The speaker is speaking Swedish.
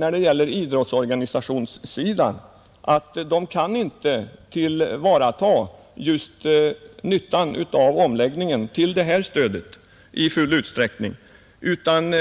När det gäller idrottsorganisationerna befarar vi att de inte i full utsträckning kan tillvarata nyttan av omläggningen till det här stödet, utan